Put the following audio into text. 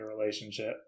relationship